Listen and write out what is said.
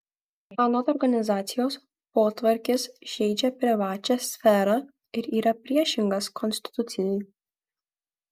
anot organizacijos potvarkis žeidžia privačią sferą ir yra priešingas konstitucijai